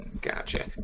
Gotcha